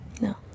no